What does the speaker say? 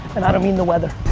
and i don't mean the weather.